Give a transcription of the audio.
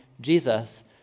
Jesus